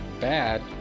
bad